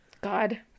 God